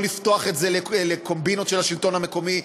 לא לפתוח את זה לקומבינות של השלטון המקומי,